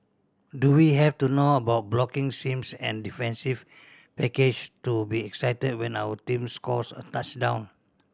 do we have to know about blocking schemes and defensive package to be excited when our team scores a touchdown